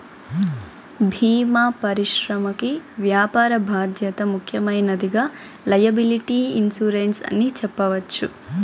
భీమా పరిశ్రమకి వ్యాపార బాధ్యత ముఖ్యమైనదిగా లైయబిలిటీ ఇన్సురెన్స్ ని చెప్పవచ్చు